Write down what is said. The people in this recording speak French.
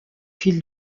fil